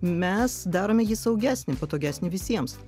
mes darome jį saugesnį patogesnį visiems